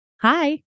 Hi